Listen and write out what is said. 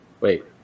Wait